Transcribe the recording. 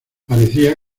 parecía